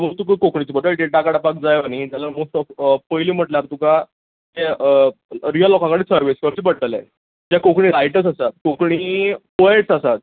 समज तुका कोंकणीच्या बद्दल डेटा काडपाक जायो न्ही जाल्यार पयलीं म्हटल्यार तुका तें रियल लोकां कडेन सर्वेज करचे पडटले जे कोंकणी रायटर्स आसा कोंकणी पोयट्स आसा